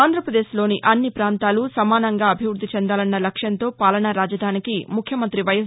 ఆంధ్రప్రదేశ్లోని అన్ని ప్రాంతాలూ సమానంగా అభివృద్ది చెందాలన్న లక్ష్యంతో పాలనా రాజధానికి ముఖ్యమంత్రి వైఎస్